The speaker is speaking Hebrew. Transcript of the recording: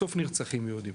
בסוף נרצחים יהודים